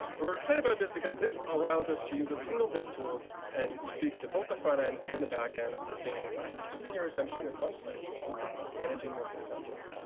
we're excited about this because this allows us to use a single dev tools, and speak to both the front-end and the back-end at the same time, keeping your attention in one place while managing multiple contexts,